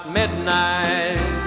midnight